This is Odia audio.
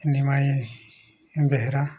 ନିମାଁଇ ବେହେରା